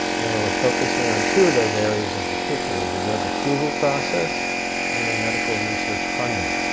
and we're focusing on two of those areas in particular, the drug approval process and medical research funding.